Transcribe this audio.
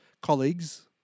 colleagues